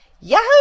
Yahoo